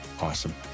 Awesome